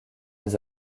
des